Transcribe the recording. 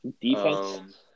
Defense